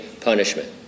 punishment